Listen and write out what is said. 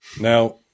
Now